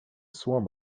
swarm